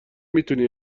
میتونی